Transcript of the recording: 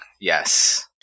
Yes